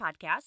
podcast